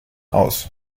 aus